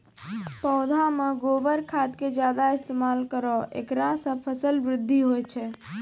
पौधा मे गोबर खाद के ज्यादा इस्तेमाल करौ ऐकरा से फसल बृद्धि होय छै?